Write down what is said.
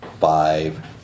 five